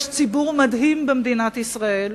יש ציבור מדהים במדינת ישראל,